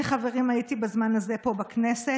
אני, חברים, הייתי בזמן הזה פה, בכנסת.